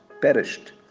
perished